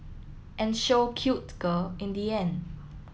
and show cute girl in the end